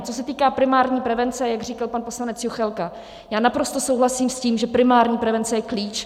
Co se týká primární prevence, jak říkal pan poslanec Juchelka, já naprosto souhlasím s tím, že primární prevence je klíč.